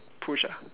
push ah